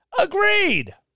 Agreed